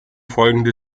folgende